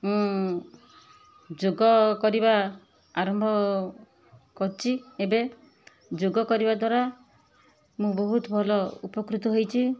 ମୁଁ ଯୋଗ କରିବା ଆରମ୍ଭ କରିଛି ଏବେ ଯୋଗ କରିବା ଦ୍ୱାରା ମୁଁ ବହୁତ ଭଲ ଉପକୃତ ହୋଇଛି